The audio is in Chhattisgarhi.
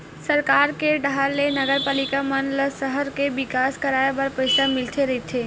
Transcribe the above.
सरकार के डाहर ले नगरपालिका मन ल सहर के बिकास कराय बर पइसा मिलते रहिथे